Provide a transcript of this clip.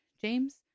James